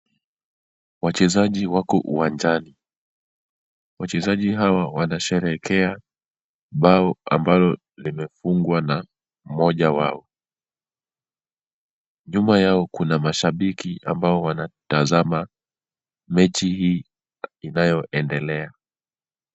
Wachezaji wako uwanjani. Wachezaji hawa wanasherehekea bao ambalo limefungwa na mmoja wao. Nyuma yao kuna mashabiki ambao wanatazama mechi hii inayoendelea.